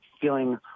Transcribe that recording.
feeling